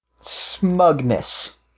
Smugness